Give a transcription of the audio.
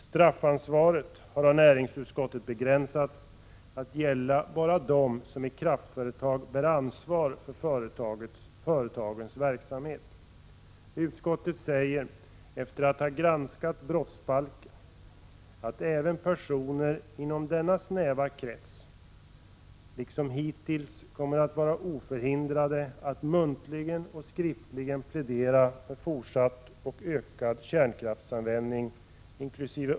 Straffansvaret har av näringsutskottet begränsats till att gälla bara dem som i kraftföretag bär ansvar för företagens verksamhet. Utskottet säger, efter att ha granskat brottsbalken, att även personer inom denna snäva krets, liksom hittills, kommer att vara oförhindrade att muntligen och skriftligen plädera för fortsatt och ökad kärnkraftsanvändning inkl.